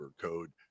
code